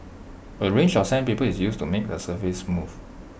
A range of sandpaper is used to make the surface smooth